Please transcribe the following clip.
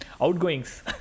Outgoings